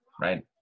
right